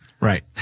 Right